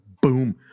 boom